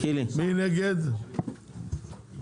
מי בעד ההסתייגויות?